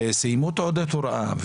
וסיימו תעודות הוראה.